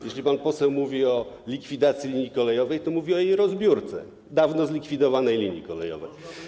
Jeśli pan poseł mówi o likwidacji linii kolejowej, to mówi o rozbiórce dawno zlikwidowanej linii kolejowej.